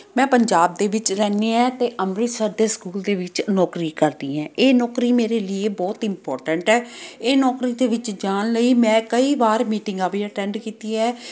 ਮੈਂ ਪੰਜਾਬ ਦੇ ਵਿੱਚ ਰਹਿੰਦੀ ਹੈ ਅਤੇ ਅੰਮ੍ਰਿਤਸਰ ਦੇ ਸਕੂਲ ਦੇ ਵਿੱਚ ਨੌਕਰੀ ਕਰਦੀ ਹੈ ਇਹ ਨੌਕਰੀ ਮੇਰੇ ਲਈ ਬਹੁਤ ਇੰਪੋਰਟੈਂਟ ਹੈ ਇਹ ਨੌਕਰੀ ਦੇ ਵਿੱਚ ਜਾਣ ਲਈ ਮੈਂ ਕਈ ਵਾਰ ਮੀਟਿੰਗਾਂ ਵੀ ਅਟੈਂਡ ਕੀਤੀ ਹੈ